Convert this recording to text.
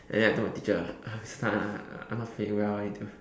and then I told my teacher uh Mister Tan I I'm not feeling well I need to